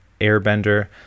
Airbender